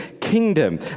Kingdom